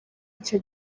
icyo